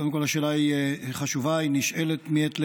קודם כול, השאלה היא חשובה, היא נשאלת מעת לעת.